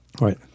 Right